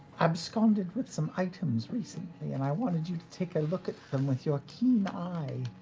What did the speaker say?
absconded with some items recently, and i wanted you to take a look at them with your keen eye.